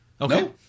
Okay